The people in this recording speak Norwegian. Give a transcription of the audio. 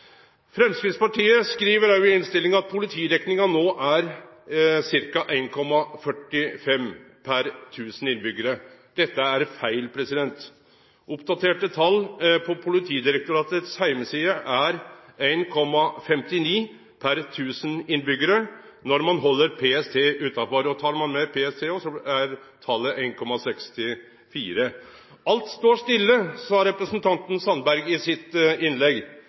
Framstegspartiet skriv i innstillinga. Det er gamle tal. Framstegspartiet skriv òg i innstillinga at politidekninga nå er ca. 1,45 per 1 000 innbyggjarar. Dette er feil. Oppdaterte tal på Politidirektoratet si heimeside er 1,59 per 1 000, når ein held PST utanfor. Tar ein med PST òg, er talet 1,64. Representanten Sandberg sa i sitt innlegg at alt står stille.